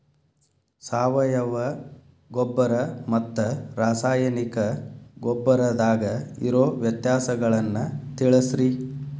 ಸಾವಯವ ಗೊಬ್ಬರ ಮತ್ತ ರಾಸಾಯನಿಕ ಗೊಬ್ಬರದಾಗ ಇರೋ ವ್ಯತ್ಯಾಸಗಳನ್ನ ತಿಳಸ್ರಿ